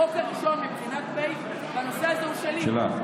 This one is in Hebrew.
החוק הראשון בנושא הזה הוא שלי,